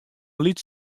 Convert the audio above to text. lyts